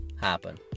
happen